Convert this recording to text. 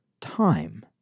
time